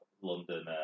London